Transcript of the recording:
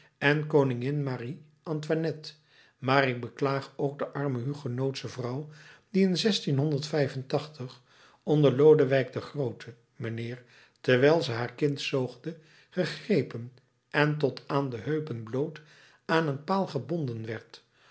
en koningin marie antoinette maar ik beklaag ook de arme hugenootsche vrouw die in onder lodewijk den groote mijnheer terwijl ze haar kind zoogde gegrepen en tot aan de heupen bloot aan een paal gebonden